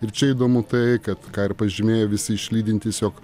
ir čia įdomu tai kad ką ir pažymėjo visi išlydintys jog